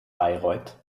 bayreuth